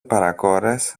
παρακόρες